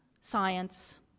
science